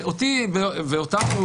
ואותנו,